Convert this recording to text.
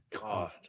God